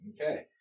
Okay